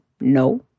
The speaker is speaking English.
No